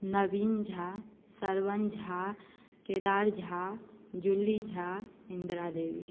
Naveen Jha Shravan Jha Kedar Jha Julie Jha Indra Devi